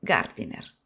Gardiner